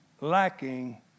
lacking